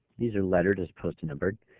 these are lettered as opposed to numbered.